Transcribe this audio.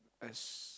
as